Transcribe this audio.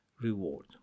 reward